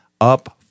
up